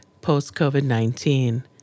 Post-COVID-19